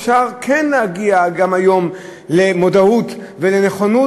אפשר כן להגיע גם היום למודעות ולנכונות,